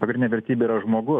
pagrindinė vertybė yra žmogus